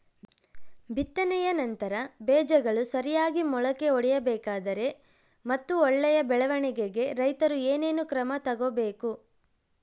ಬಿತ್ತನೆಯ ನಂತರ ಬೇಜಗಳು ಸರಿಯಾಗಿ ಮೊಳಕೆ ಒಡಿಬೇಕಾದರೆ ಮತ್ತು ಒಳ್ಳೆಯ ಬೆಳವಣಿಗೆಗೆ ರೈತರು ಏನೇನು ಕ್ರಮ ತಗೋಬೇಕು?